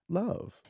love